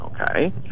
Okay